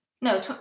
no